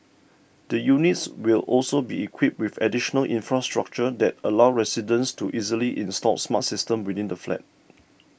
the units will also be equipped with additional infrastructure that allow residents to easily install smart systems within the flat